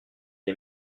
est